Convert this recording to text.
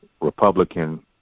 Republican